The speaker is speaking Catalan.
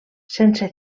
sense